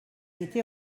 été